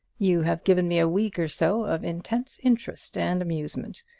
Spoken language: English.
you have given me a week or so of intense interest and amusement.